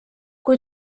kui